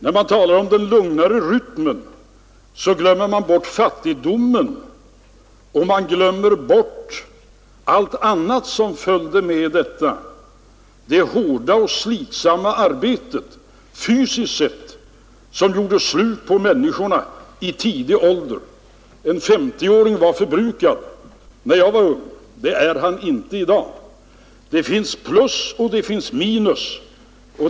När man talar om den lugnare rytmen på den tiden, glömmer man bort fattigdomen och allt annat som följde med det fysiskt hårda arbetet, som slet ut människorna vid tidig ålder. En 50-åring var förbrukad när jag var ung, vilket han ju inte är i dag. Det finns plus och minus.